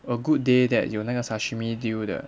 a good day that 有那个 sashimi deal 的